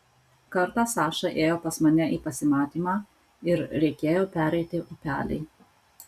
kartą saša ėjo pas mane į pasimatymą ir reikėjo pereiti upelį